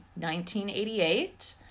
1988